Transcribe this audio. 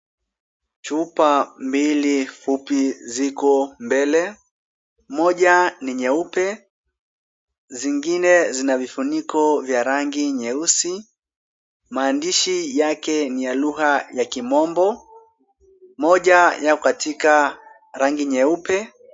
Chupa, Mbili fupi, Ziko, Mbele. Moja ni Nyeupe. Zingine zina vifuniko vya rangi Nyeusi. Maandishi yake ni ya lugha ya Kimombo. Moja yako katika rangi Nyeupe.